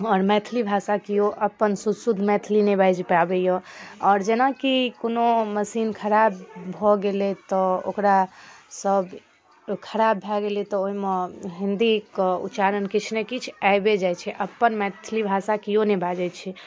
आओर मैथिली भाषा केओ अपन शुद्ध शुद्ध मैथिली नहि बाजि पाबै यऽ आओर जेना कि कोनो मशीन खराब भऽ गेलै तऽ ओकरा सभ खराब भए गेलै तऽ ओइमे हिन्दीके उच्चारण किछु ने किछु आइबे जाइ छै अपन मैथिली भाषा केओ नहि बाजै छै